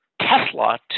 Tesla